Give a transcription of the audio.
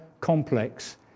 complex